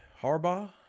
Harbaugh